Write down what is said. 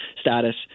status